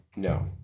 No